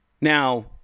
Now